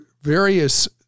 various